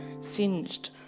singed